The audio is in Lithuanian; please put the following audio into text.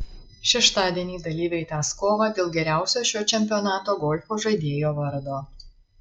šeštadienį dalyviai tęs kovą dėl geriausio šio čempionato golfo žaidėjo vardo